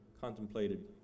contemplated